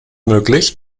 möglich